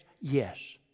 yes